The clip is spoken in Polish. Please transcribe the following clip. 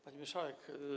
Pani Marszałek!